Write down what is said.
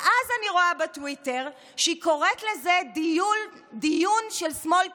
ואז אני רואה בטוויטר שהיא קוראת לזה דיון של שמאל קיצוני,